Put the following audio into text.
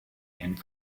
and